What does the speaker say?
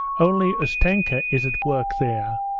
only ustenka is at work there,